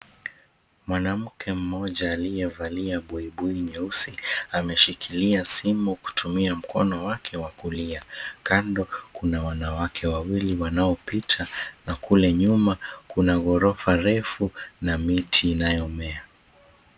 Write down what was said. Mwanamke mmoja aliyevalia buibui nyeusi ameshikilia simu kutumia mkono wake wa kulia. Kando kuna wanawake wawili wanaopita na kule nyuma kuna ghorofa refu na miti inayomea.